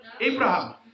Abraham